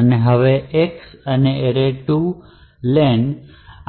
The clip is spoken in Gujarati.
અને હવે X અને array len